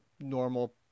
normal